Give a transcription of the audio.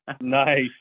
Nice